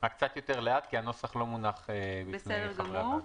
רק קצת יותר לאט כי הנוסח לא מונח בפני חברי הוועדה.